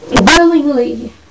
willingly